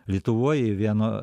lietuvoj vieno